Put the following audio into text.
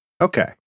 Okay